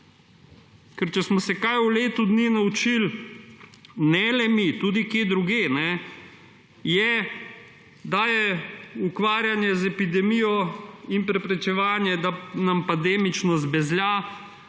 Ker če smo se kaj v letu dni naučili – ne le mi, tudi kje drugje – je, da je ukvarjanje z epidemijo in preprečevanje, da nam pandemično zbezlja,